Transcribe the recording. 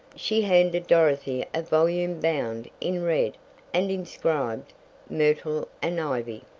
she handed dorothy a volume bound in red and inscribed myrtle and ivy.